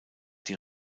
die